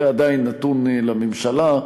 זה עדיין נתון לממשלה,